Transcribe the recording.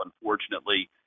Unfortunately